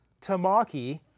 Tamaki